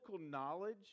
knowledge